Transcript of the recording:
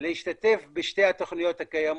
להשתתף בשתי התוכניות הקיימות,